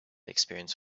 experience